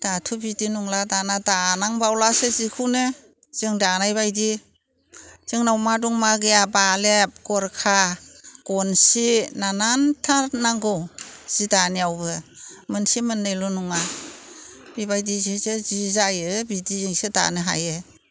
दाथ' बिदि नंला दाना दानांबावलासो सिखौनो जों दानाय बायदि जोंनाव मा दं मा गैया बालेब गरखा गनसि नानान्था नांगौ सि दानायावबो मोनसे मोननैल' नङा बेबायदि सिसो सि जायो बिदिजोंसो दानो हायो